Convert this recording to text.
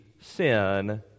sin